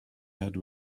had